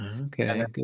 okay